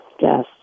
Yes